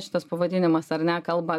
šitas pavadinimas ar ne kalba